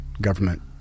government